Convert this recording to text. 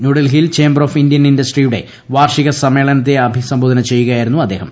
ന്യൂഡൽഹിയിൽ chamber of Indian ഇൻഡസ്ട്രിയുടെ വാർഷിക സമ്മേളനത്തെ അഭിസംബോധന ചെയ്യുകയായിരുന്നു അദ്ദേഹം